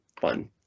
fun